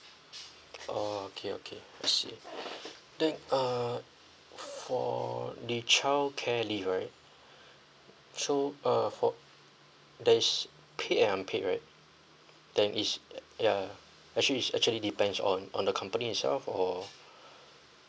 orh okay okay I see then uh for the childcare leave right so uh for there's paid and unpaid right then is ya actually is actually depends on on the company itself or